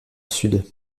sud